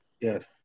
Yes